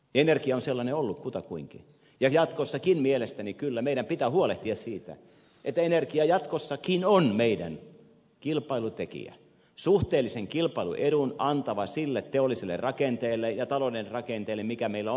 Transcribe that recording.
energia on sellainen ollut kutakuinkin ja jatkossakin mielestäni kyllä meidän pitää huolehtia siitä että energia jatkossakin on meidän kilpailutekijämme suhteellisen kilpailuedun antava sille teolliselle rakenteelle ja talouden rakenteelle mikä meillä on